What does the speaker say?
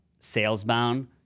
salesbound